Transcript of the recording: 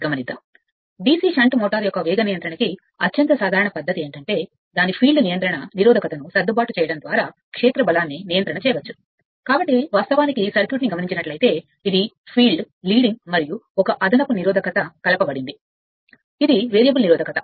గమనిద్దాం DC shunt motor యొక్క వేగ నియంత్రణ కి అత్యంత సాధారణ పద్ధతి ఏమిటంటే దానిని నియంత్రించేటప్పుడు అది క్షేత్ర బలం నియంత్రణనిరోధకతను సర్దుబాటు చేయడం ద్వారా క్షేత్ర నియంత్రణ కాబట్టి వాస్తవానికి సర్క్యూట్ చూస్తే ఇది ఫీల్డ్ లీడింగ్ మరియు ఒక అదనపు నిరోధకత కలప బడింది ఇది వేరియబుల్ నిరోధకత